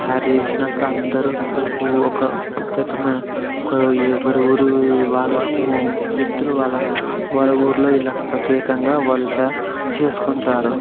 తయారు చేసినాకా అందరూ ఒక ప్రత్యేకమైన ఒక ఎవరి ఊరు వారి వ్యక్తులు వాళ్ళ ఊర్లో ఇలాగ ప్రత్యేకంగా చేసుకుంటారు